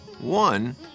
One